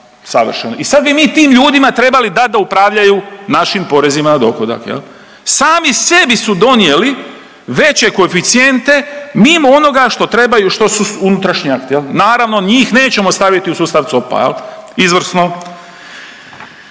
Savršeno! I sad bi mi tim ljudima trebali dati da upravljaju našim porezima na dohodak. Sami sebi su donijeli veće koeficijente mimo onoga što trebaju, što su unutrašnji akti. Naravno njih nećemo staviti u sustav COP-a. Izvrsno!